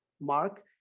mark